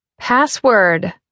Password